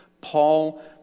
Paul